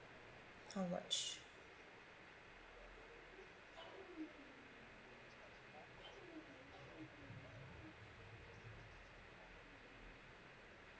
how much